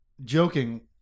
joking